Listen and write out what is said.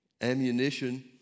ammunition